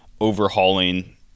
overhauling